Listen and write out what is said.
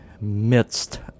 midst